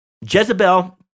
Jezebel